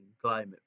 climate